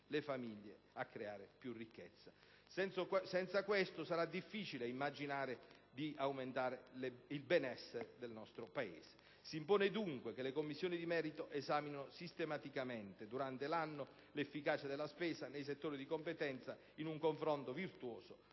le famiglie a creare più ricchezza. Se non si realizza tale obiettivo sarà difficile immaginare di aumentare il benessere del Paese. Si impone dunque che le Commissioni di merito esaminino sistematicamente, durante l'anno, l'efficacia della spesa nei settori di competenza in un confronto virtuoso